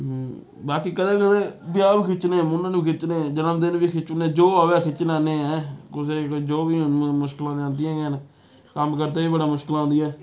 बाकी कदें कदें ब्याह् खिच्चने मुून्नन बी खिच्चने जनमदिन बी खिच्ची ओड़ने जो आवै खिच्चना नेईं ऐ कुसै जो बी मुश्कलां आंदियां गै न कम्म करदे बी बड़ा मुश्कलां औंदी ऐ